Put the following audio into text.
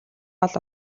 гол